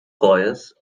choirs